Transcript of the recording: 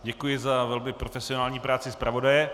Děkuji za velmi profesionální práci zpravodaje.